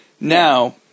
Now